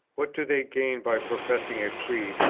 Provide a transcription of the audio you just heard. what do they gain by professing a creed,